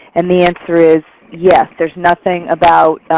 and the answer is yes. there's nothing about